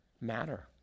matter